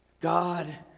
God